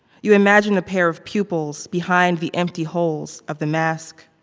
you imagine a pair of pupils behind the empty holes of the mask.